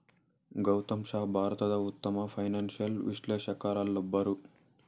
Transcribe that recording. ಗೌತಮ್ ಶಾ ಭಾರತದ ಉತ್ತಮ ಫೈನಾನ್ಸಿಯಲ್ ವಿಶ್ಲೇಷಕರಲ್ಲೊಬ್ಬರು